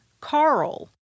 Carl